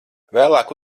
vēlāk